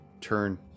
turn